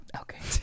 okay